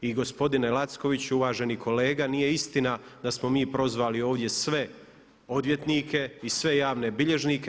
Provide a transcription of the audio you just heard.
I gospodine Lackoviću, uvaženi kolega nije istina da smo mi prozvali ovdje sve odvjetnike i sve javne bilježnike.